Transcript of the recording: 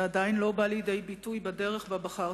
זה עדיין לא בא לידי ביטוי בדרך שבה בחרת